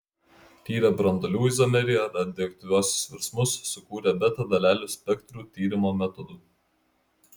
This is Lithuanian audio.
tyrė branduolių izomeriją radioaktyviuosius virsmus sukūrė beta dalelių spektrų tyrimo metodų